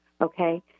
okay